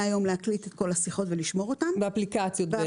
היום להקליט את כל השיחות ולשמור אותן באפליקציות.